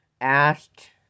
asked